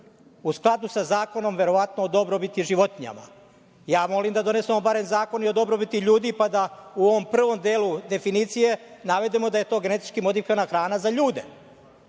u skladu sa zakonom, verovatno o dobrobiti životinjama. Ja molim da donesemo barem zakon i o dobrobiti ljudi, pa da u ovom prvom delu definicije navedemo da je to genetički modifikovana hrana za ljude